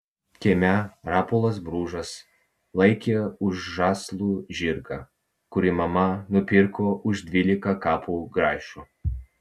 kieme rapolas bružas laikė už žąslų žirgą kurį mama nupirko už dvylika kapų grašių